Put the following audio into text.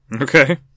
Okay